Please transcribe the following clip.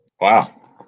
Wow